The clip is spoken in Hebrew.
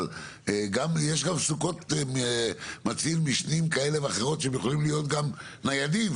אבל יש גם סוכות מציל משנים כאלה ואחרות שהם יכולים להיות גם ניידים.